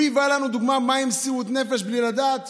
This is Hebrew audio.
הוא היווה לנו דוגמה מהי מסירות נפש בלי לדעת